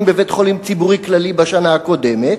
בבית-חולים ציבורי כללי בשנה הקודמת,